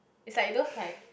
it's like those like